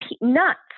Nuts